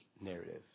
narrative